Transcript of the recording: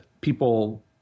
people –